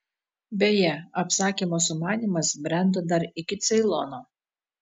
beje apsakymo sumanymas brendo dar iki ceilono